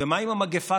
ומה עם המגפה?